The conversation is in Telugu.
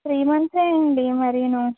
త్రీ మంత్స్ ఏంటండీ మరీనూ